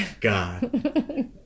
god